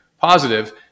positive